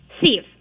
steve